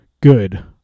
good